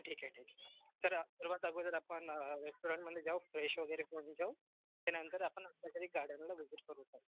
ठीक आहे ठीक आहे सर सर्वात अगोदर आपण रेस्टॉरंटमध्ये जाऊ फ्रेश वगैरे होऊन जाऊ त्यानंतर आपण अंबाझरी गार्डनला व्हीजीट करू सर